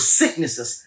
sicknesses